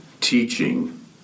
teaching